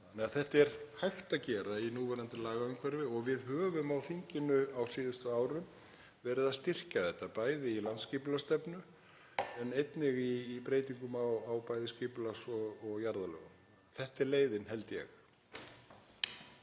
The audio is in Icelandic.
Þetta er hægt að gera í núverandi lagaumhverfi og við höfum á þinginu á síðustu árum verið að styrkja þetta, bæði í landsskipulagsstefnu en einnig í breytingum á bæði skipulags- og jarðalögum. Þetta er leiðin, held ég.